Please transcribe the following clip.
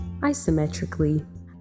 isometrically